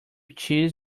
cheese